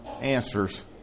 answers